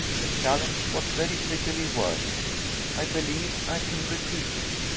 the challenge was very prettily worded i believe i can repeat it.